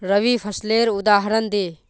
रवि फसलेर उदहारण दे?